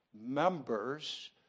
members